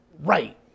right